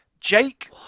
Jake